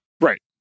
Right